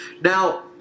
Now